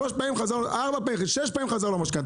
שלוש פעמים, ארבע, שש פעמים חזרה לו משכנתה.